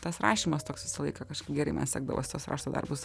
tas rašymas toks visą laiką kažkaip gerai man sekdavosi tuos rašto darbus